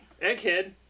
Egghead